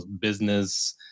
business